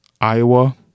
iowa